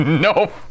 No